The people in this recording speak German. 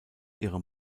ihre